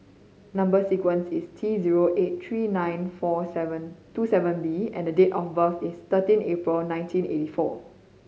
number sequence is T zero eight three nine four seven two seven B and date of birth is thirteen April nineteen eighty four